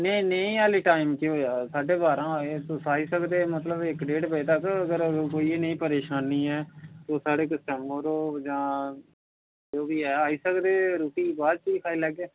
नेईं नेईं ऐल्लै टैम केह् होआ दा साढ़े बारां होआ दे ते आई सकदे अगर उऐ नेहीं परेशानी ऐ ते साढ़े कश जां आई सकदे रुट्टी बाद च बी खाई लैगे